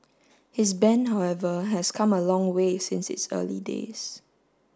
his band however has come a long way since its early days